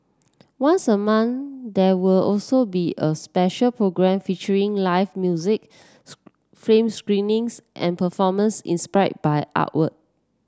once a month there will also be a special programme featuring live music film screenings and performance inspired by artwork